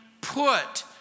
put